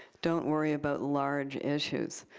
don't worry about large issues.